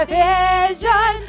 vision